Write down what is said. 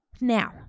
Now